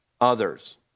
others